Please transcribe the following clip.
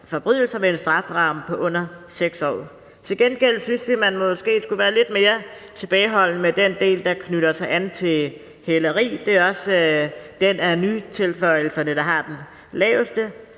forbrydelser med en straframme på under 6 år. Til gengæld synes vi, at man måske skulle være lidt mere tilbageholdende med den del, der knytter an til hæleri – det er også den kriminalitetstype blandt de nye